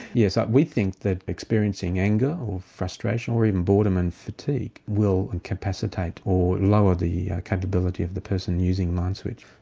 yes, ah we think that experiencing anger, or frustration, or even boredom and fatigue will incapacitate or lower the capability of the person using the mind switch.